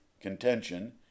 contention